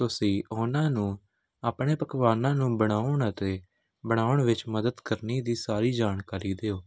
ਤੁਸੀਂ ਉਹਨਾਂ ਨੂੰ ਆਪਣੇ ਪਕਵਾਨਾਂ ਨੂੰ ਬਣਾਉਣ ਅਤੇ ਬਣਾਉਣ ਵਿੱਚ ਮਦਦ ਕਰਨ ਦੀ ਸਾਰੀ ਜਾਣਕਾਰੀ ਦਿਓ